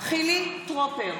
בעד חילי טרופר,